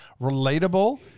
relatable